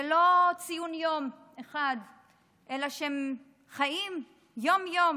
זה לא ציון יום אחד אלא הם חיים יום-יום